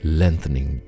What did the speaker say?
lengthening